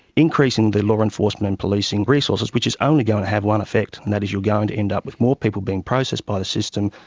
increasing the law enforcement and policing resources, which is only going to have one effect, and that is, you're going to end up with more people being processed by the system,